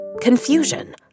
confusion